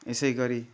यसै गरी